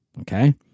Okay